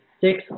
six